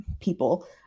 people